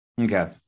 okay